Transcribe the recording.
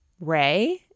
Ray